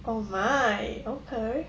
oh my okay